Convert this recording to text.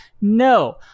no